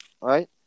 right